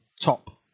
top